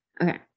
Okay